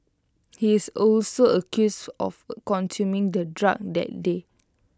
he is also accused of consuming the drug that day